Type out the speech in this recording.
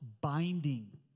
binding